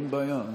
אין בעיה.